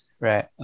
Right